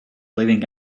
living